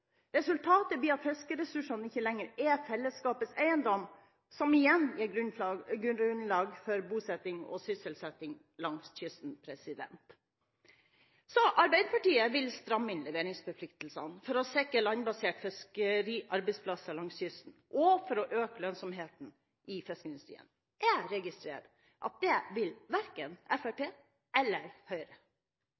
Resultatet blir at fiskeressursene ikke lenger er fellesskapets eiendom, ressurser som igjen danner grunnlag for bosetting og sysselsetting langs kysten. Arbeiderpartiet vil stramme inn leveringsforpliktelsene for å sikre landbaserte fiskeriarbeidsplasser langs kysten og for å øke lønnsomheten i fiskeindustrien. Jeg registrerer at det vil verken